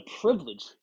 privilege